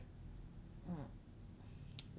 mm